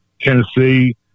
Tennessee